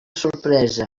sorpresa